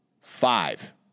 Five